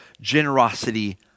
Generosity